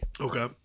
Okay